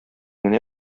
генә